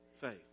faith